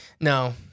No